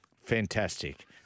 Fantastic